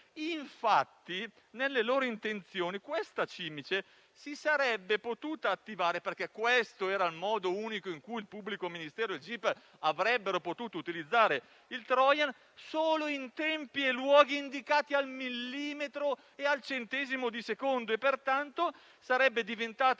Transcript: Infatti, nelle loro intenzioni questa cimice si sarebbe potuta attivare - questo era l'unico modo in cui il pubblico ministero e il gip avrebbero potuto utilizzare il *trojan* - solo in tempi e luoghi indicati al millimetro e al centesimo di secondo. Pertanto, sarebbe diventato